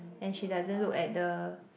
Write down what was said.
and she doesn't look at the